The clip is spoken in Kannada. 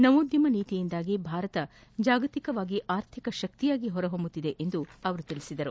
ನವೋದ್ಯಮ ನೀತಿಯಿಂದಾಗಿ ಭಾರತ ಜಾಗತಿಕವಾಗಿ ಆರ್ಥಿಕ ಶಕ್ತಿಯಾಗಿ ಹೊರಹೊಮ್ಮುತ್ತಿದೆ ಎಂದು ತಿಳಿಸಿದರು